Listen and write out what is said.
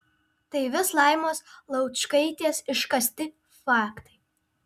tai vis laimos laučkaitės iškasti faktai